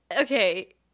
okay